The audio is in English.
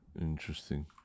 interesting